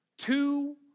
Two